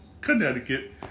Connecticut